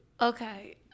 Okay